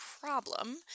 problem